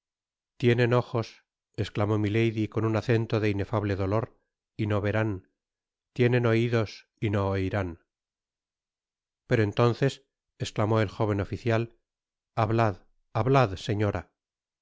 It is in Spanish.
tienen ojos esclamó milady con un acento de inefable dolor y no verán tienen oidos y no oirán pero entonces esclamó el jóven oficial hablad hablad señora